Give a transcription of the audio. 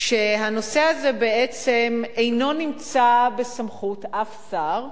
והנושא הזה בעצם אינו נמצא בסמכות אף שר,